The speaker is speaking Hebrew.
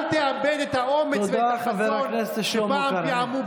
אל תאבד את האומץ ואת החזון שפעם פיעמו בך.